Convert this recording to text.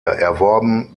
erworben